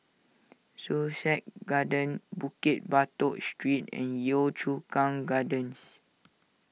Sussex Garden Bukit Batok Street and Yio Chu Kang Gardens